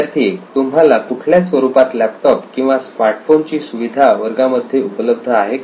विद्यार्थी 1 तुम्हाला कुठल्या स्वरूपात लॅपटॉप किंवा स्मार्टफोन ची सुविधा वर्गामध्ये उपलब्ध आहे का